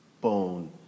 bone